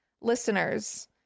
Listeners